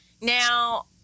Now